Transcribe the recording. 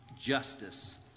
Justice